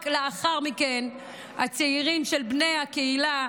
רק לאחר מכן הצעירים של בני הקהילה,